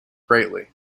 greatly